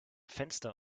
fenster